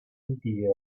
idea